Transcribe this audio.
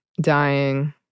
dying